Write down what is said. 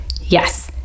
Yes